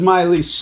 Miley